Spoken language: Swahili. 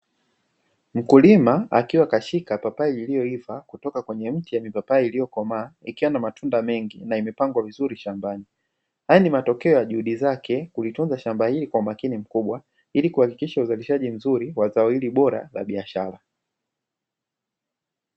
Mkulima akiwa kashika papai liliyoiva kutoka kwenye mti ya mipapai iliyokomaa ikiwa na matunda mengi na imepangwa vizuri shambani, haya ni matokeo ya juhudi zake kulitunza shamba hili kwa umakini mkubwa ili kuhakikisha uzalishaji mzuri wa zao hili bora la biashara.